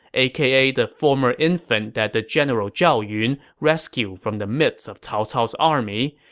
aka the former infant that the general zhao yun rescued from the midst of cao cao's army,